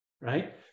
right